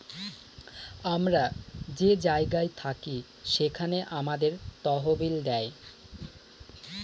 আমরা যে জায়গায় থাকি সেখানে আমাদের তহবিল দেয়